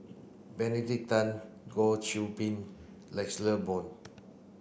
Benedict Tan Goh Qiu Bin